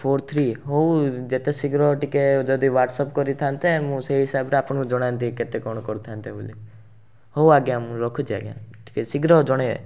four three ହେଉ ଯେତେ ଶୀଘ୍ର ଟିକିଏ ଯଦି ୱ୍ହାଟ୍ସଆପ୍ କରିଥାନ୍ତେ ମୁଁ ସେଇ ହିସାବରେ ଆପଣଙ୍କୁ ଜଣାନ୍ତି କେତେ କ'ଣ କରିଥାନ୍ତି ବୋଲି ହେଉ ଆଜ୍ଞା ମୁଁ ରଖୁଛି ଆଜ୍ଞା ଶୀଘ୍ର ଜଣେଇବେ